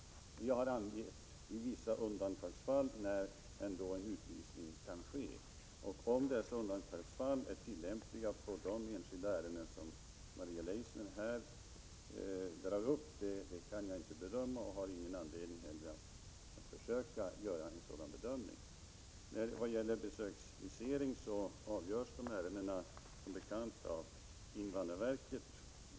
Jag har angivit vissa undantagsfall när utvisning ändå kan ske. Jag kan inte bedöma om dessa undantagsfall är tillämpliga beträffande de enskilda ärenden som Maria Leissner här tar upp, och jag har inte heller någon anledning att försöka göra en sådan bedömning. Ärenden som gäller besöksvisering avgörs som bekant av invandrarverket.